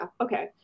okay